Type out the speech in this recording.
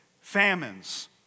famines